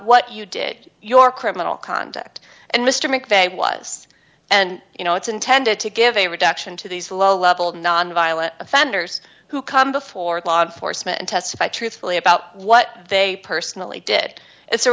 what you did your criminal conduct and mr mcveigh was and you know it's intended to give a reduction to these low level nonviolent offenders who come before the law enforcement and testify truthfully about what they personally did